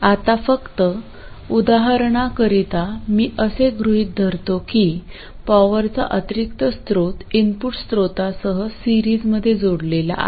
आता फक्त उदाहरणाकरिता मी असे गृहीत धरतो की पॉवरचा अतिरिक्त स्रोत इनपुट स्त्रोतासह सिरीजमध्ये जोडलेला आहे